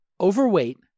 overweight